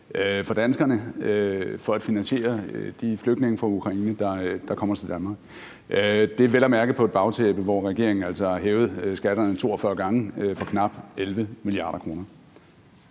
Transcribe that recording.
for danskerne for at finansiere de flygtninge fra Ukraine, der kommer til Danmark. Det er vel at mærke på et bagtæppe af, at regeringen altså har hævet skatterne 42 gange for knap 11 mia. kr.